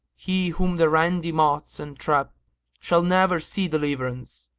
he whom the randy motts entrap shall never see deliverance!